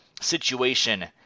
situation